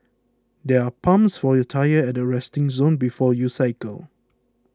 there are pumps for your tyres at the resting zone before you cycle